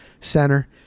Center